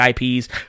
ips